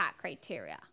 criteria